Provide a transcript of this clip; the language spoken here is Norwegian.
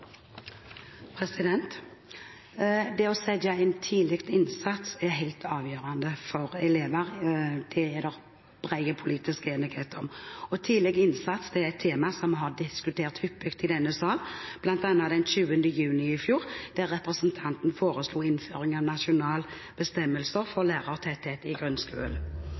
helt avgjørende for elever. Det er det bred politisk enighet om. Tidlig innsats er et tema som vi har diskutert hyppig i denne sal, og den 20. juni i fjor foreslo representanten innføring av nasjonale bestemmelser for lærertetthet i